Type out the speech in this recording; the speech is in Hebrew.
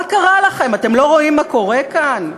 מה קרה לכם, אתם לא רואים מה קורה כאן?